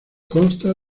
consta